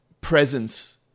presence